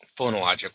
phonological